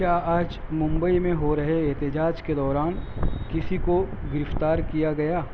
کیا آج ممبئی میں ہو رہے احتجاج کے دوران کسی کو گرفتار کیا گیا